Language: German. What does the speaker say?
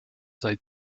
sei